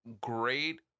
great